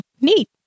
Neat